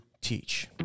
teach